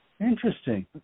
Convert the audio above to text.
interesting